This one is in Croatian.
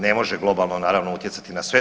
Ne može globalno naravno utjecati na sve.